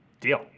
Deal